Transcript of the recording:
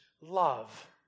love